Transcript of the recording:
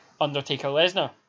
Undertaker-Lesnar